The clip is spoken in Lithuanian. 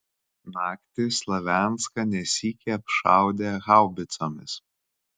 naktį slavianską ne sykį apšaudė haubicomis